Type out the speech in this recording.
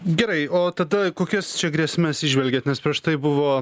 gerai o tada kokias čia grėsmes įžvelgiat nes prieš tai buvo